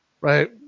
right